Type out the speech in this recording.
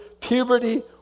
puberty